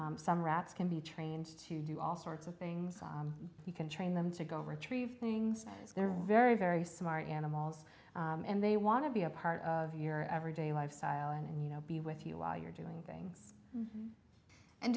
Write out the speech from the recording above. d some rats can be trained to do all sorts of things you can train them to go retrieve things they're very very smart animals and they want to be a part of your everyday lifestyle and you know be with you while you're doing things